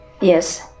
Yes